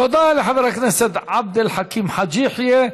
תודה לחבר הכנסת עבד אל חכים חאג' יחיא.